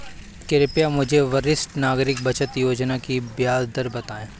कृपया मुझे वरिष्ठ नागरिक बचत योजना की ब्याज दर बताएं